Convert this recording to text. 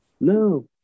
No